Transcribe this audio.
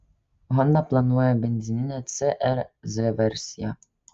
honda planuoja benzininę cr z versiją